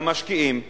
זה המשקיעים,